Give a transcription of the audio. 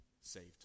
saved